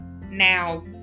now